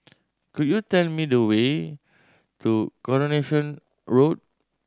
could you tell me the way to Coronation Road